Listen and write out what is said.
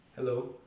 Hello